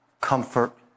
comfort